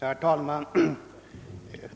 Herr talman!